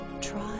Try